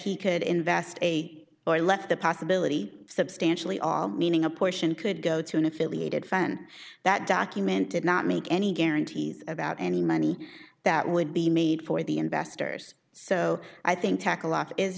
he could invest eight i left the possibility substantially meaning a portion could go to an affiliated fund that document did not make any guarantees about any money that would be made for the investors so i think